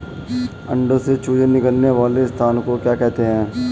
अंडों से चूजे निकलने वाले स्थान को क्या कहते हैं?